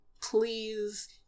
please